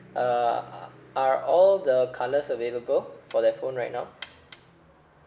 uh are all the colours available for the phone right now